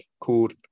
called